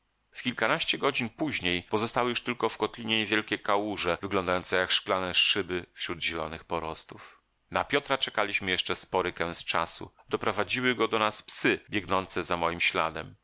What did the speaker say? kilkanaście godzin później pozostały już tylko w kotlinie niewielkie kałuże wyglądające jak szklane szyby wśród zielonych porostów na piotra czekaliśmy jeszcze spory kęs czasu doprowadziły go do nas psy biegnące za moim śladem